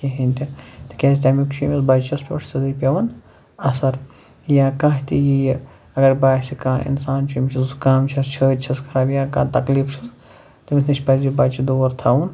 کِہیٖںٛی تہِ تِکیٚازِ تَمیُک چھُ أمِس بچس پٮ۪ٹھ سیوٚدُے پٮ۪وان اَثر یا کانٛہہ تہِ یِیہِ اگر باسہِ کانٛہہ اِنسان چھُ اَمِس چھُ زُکام چھُس چھٲتۍ چھَس خراب یا کانٛہہ تکلیٖف چھُس تٔمِس نِش پَزِ یہِ بچہِ دوٗر تھاوُن